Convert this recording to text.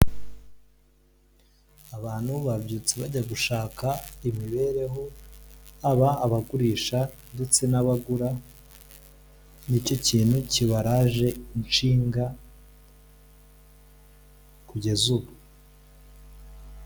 Abantu babyutse bajya gushaka imibereho, haba abagurisha ndetse n'abagura, ni cyo kintu kibaraje ishinga kugeza ubu.